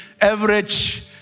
average